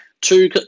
two